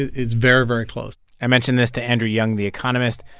it's very, very close i mentioned this to andrew young, the economist.